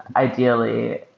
ideally,